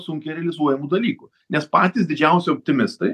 sunkiai realizuojamų dalykų nes patys didžiausi optimistai